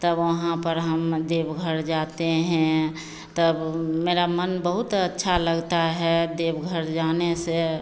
तब वहाँ पर हम देवघर जाते हैं तब मेरा मन बहुत अच्छा लगता है देवघर जाने से